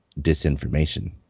disinformation